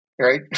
right